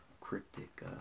cryptic